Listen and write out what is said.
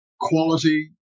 quality